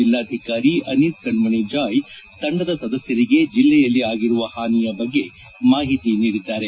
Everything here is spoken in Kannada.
ಜಲ್ಲಾಧಿಕಾರಿ ಅನೀಸ್ ಕಣ್ಣಣಿ ಜಾಯ್ ತಂಡದ ಸದಸ್ಕರಿಗೆ ಜಿಲ್ಲೆಯಲ್ಲಿ ಆಗಿರುವ ಹಾನಿಯ ಬಗ್ಗೆ ಮಾಹಿತಿ ನೀಡಿದ್ದಾರೆ